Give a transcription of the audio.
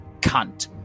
cunt